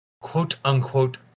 quote-unquote